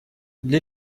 для